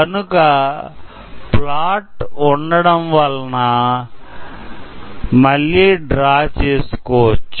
కనుక ప్లాట్ ఉండడం వలన మల్లి డ్రా చేసుకోవచ్చు